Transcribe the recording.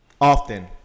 Often